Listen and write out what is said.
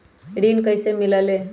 ऋण कईसे मिलल ले?